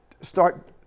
start